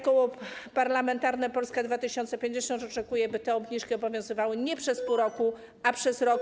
Koło Parlamentarne Polska 2050 oczekuje, by te obniżki obowiązywały nie przez pół roku, ale przez rok.